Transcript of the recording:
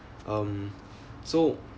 um so